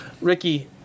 ricky